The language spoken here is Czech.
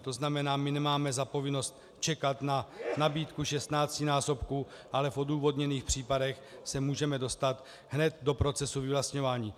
To znamená, my nemáme za povinnost čekat na nabídku šestnáctinásobku, ale v odůvodněných případech se můžeme dostat hned do procesu vyvlastňování.